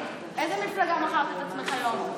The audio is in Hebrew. חבר הכנסת גפני, בבקשה.